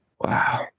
Wow